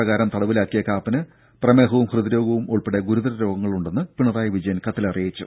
പ്രകാരം തടവിലാക്കിയ കാപ്പന് പ്രമേഹവും ഹൃദ്രോഗവും ഉൾപ്പെടെ ഗുരുതര രോഗങ്ങൾ ഉണ്ടെന്ന് പിണറായി വിജയൻ കത്തിൽ അറിയിച്ചു